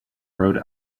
rode